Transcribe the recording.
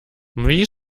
wie